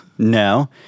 No